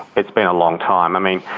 it's been a long time. i mean,